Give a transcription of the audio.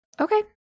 Okay